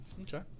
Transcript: okay